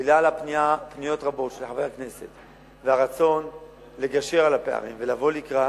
בגלל פניות רבות של חברי הכנסת והרצון לגשר על הפערים ולבוא לקראת,